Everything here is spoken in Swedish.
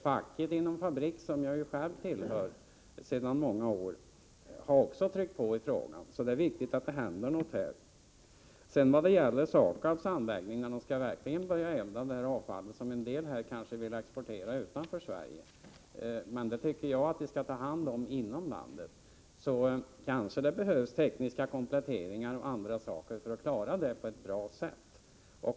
Facket inom Fabriks, som jag själv tillhör sedan många år tillbaka, har också tryckt på i frågan. Så det är viktigt att det nu händer någonting. Sedan till SAKAB:s anläggning och frågan om man verkligen skall börja elda med avfall där. En del har kanske velat exportera avfallet utanför Sverige. Jag tycker att vi skall ta hand om avfallet inom landet. Då kanske det behövs tekniska kompletteringar och andra saker för att klara detta på ett bra sätt.